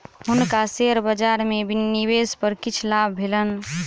हुनका शेयर बजार में निवेश पर किछ लाभ भेलैन